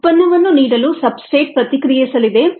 ಉತ್ಪನ್ನವನ್ನು ನೀಡಲು ಸಬ್ಸ್ಟ್ರೇಟ್ ಪ್ರತಿಕ್ರಿಯಿಸಲಿದೆ